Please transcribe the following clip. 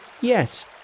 yes